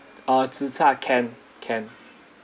uh tzi char can can